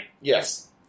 Yes